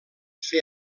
fer